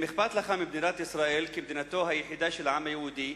אם אכפת לך ממדינת ישראל כמדינתו היחידה של העם היהודי,